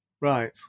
Right